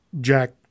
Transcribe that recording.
Jack